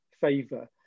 favor